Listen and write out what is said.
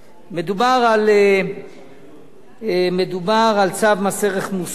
מדובר על צו מס ערך מוסף